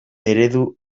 eredu